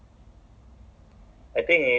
G G O L A C eh